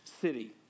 city